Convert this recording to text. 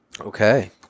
Okay